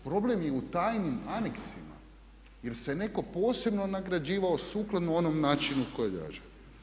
Problem je u tajnim aneksima jer se netko posebno nagrađivao sukladno onom načinu tko je draži.